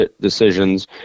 decisions